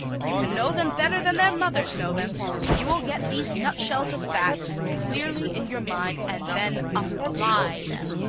you can know them better than their mothers know them if you will get these nutshells of facts clearly in your mind and then apply them.